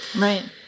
right